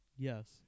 Yes